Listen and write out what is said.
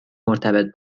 مرتبط